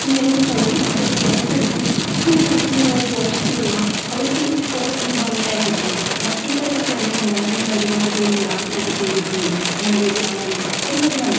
ഇങ്ങനെ പോയി അവിടെ ഫോട്ടോ എടുത്ത് ഫോട്ടോ എടുത്തിങ്ങനെ പോസ്റ്റ് ഇടുക അവർക്ക് ഫോട്ടോ ഭംഗിയായി കിട്ടണം മറ്റുള്ളവർക്കറിയണം ഞാനിങ്ങനെ ഒരുപാട് ദൂരം യാത്ര ഒക്കെ ചെയ്തിട്ടുണ്ട് ഞാൻ വലിയ ആളാണ് എന്നതിനാണ്